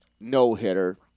no-hitter